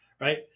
right